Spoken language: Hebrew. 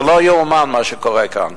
זה לא יאומן מה שקורה כאן.